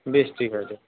বেশ ঠিক আছে